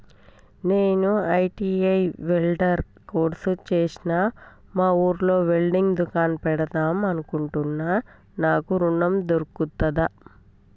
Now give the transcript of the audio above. నేను ITI welder course చేశ్న మా ఊర్లో వెల్డింగ్ దుకాన్ పెడదాం అనుకుంటున్నా నాకు ఋణం దొర్కుతదా?